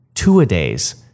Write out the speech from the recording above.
two-a-days